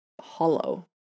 hollow